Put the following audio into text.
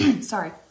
Sorry